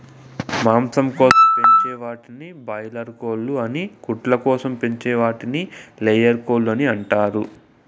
మాంసం కోసం పెంచే వాటిని బాయిలార్ కోళ్ళు అని గుడ్ల కోసం పెంచే వాటిని లేయర్ కోళ్ళు అంటారు